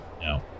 No